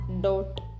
dot